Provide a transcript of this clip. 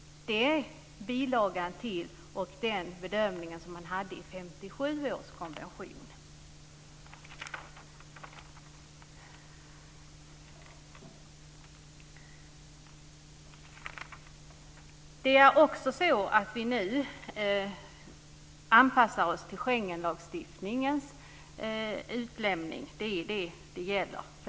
Bilagan och bedömningen från 1957 års konvention skulle naturligtvis vara med. Vi anpassar oss nu till utlämningsförfarandet i Schengenlagstiftningen.